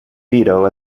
veto